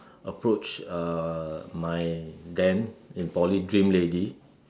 approach uh my then in poly dream lady